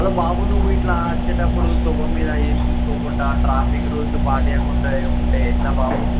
hello బాబు నువ్వు ఇలా వచ్చేటప్పుడు తోవ మీదా ఏం చూసుకోకుండా ట్రాఫిక్ రూల్స్ పాటించకుండా ఉంటే ఎలా బాబు